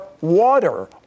water